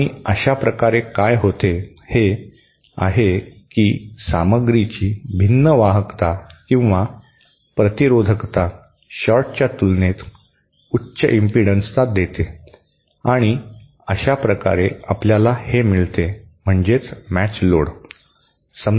आणि अशाप्रकारे काय होते हे आहे की सामग्रीची भिन्न वाहकता किंवा प्रतिरोधकता शॉर्टच्या तुलनेत उच्च इम्पिडन्सचा देते आणि अशा प्रकारे आपल्याला हे मॅच लोड मिळते